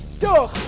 don't